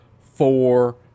four